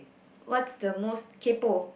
what's the most kaypoh